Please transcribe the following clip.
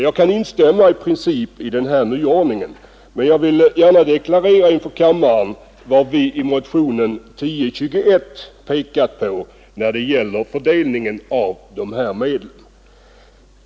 Jag kan i princip instämma i den här nyordningen, men jag vill gärna inför kammaren deklarera vad vi i motionen 1021 pekat på när det gäller fördelningen av dessa medel.